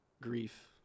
grief